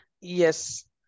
Yes